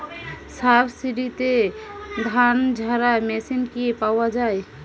সাবসিডিতে ধানঝাড়া মেশিন কি পাওয়া য়ায়?